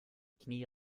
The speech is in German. knie